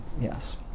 yes